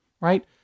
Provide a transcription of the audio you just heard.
Right